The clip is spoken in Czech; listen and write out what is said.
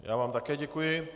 Já vám také děkuji.